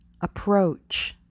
approach